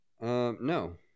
No